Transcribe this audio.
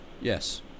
Yes